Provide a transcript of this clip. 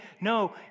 No